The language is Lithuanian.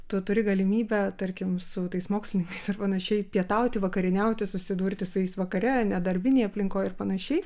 tu turi galimybę tarkim su tais mokslininkais ir panašiai pietauti vakarieniauti susidurti su jais vakare nedarbinėj aplinkoj ir panašiai